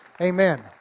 Amen